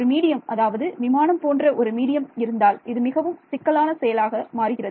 ஒரு மீடியம் அதாவது விமானம் போன்ற ஒரு மீடியம் இருந்தால் இது மிகவும் சிக்கலான செயலாக மாறுகிறது